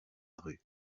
rue